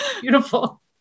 Beautiful